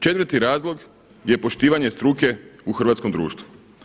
Četvrti razlog je poštivanje struke u hrvatskom društvu.